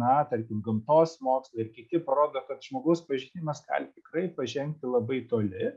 ir na tarkim gamtos mokslai ir kiti parodo kad žmogaus pažinimas gali tikrai pažengti labai toli